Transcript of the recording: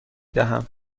دهم